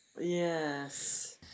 Yes